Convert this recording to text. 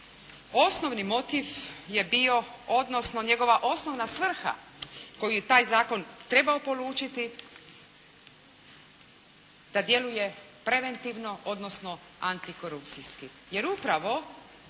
osnovni motiv je bio odnosno njegova osnovna svrha koju je taj zakon trebao polučiti da djeluje preventivno odnosno antikorupcijski. Jer upravo